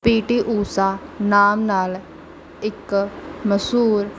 ਪੀ T Usha ਨਾਮ ਨਾਲ ਇੱਕ ਮਸ਼ਹੂਰ